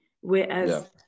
Whereas